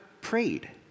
prayed